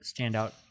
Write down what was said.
standout